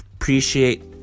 appreciate